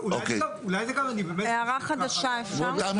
הערה חדשה, אפשר?